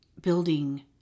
building